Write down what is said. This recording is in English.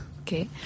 Okay